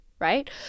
right